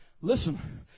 Listen